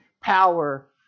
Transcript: power